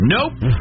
Nope